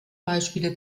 beispiele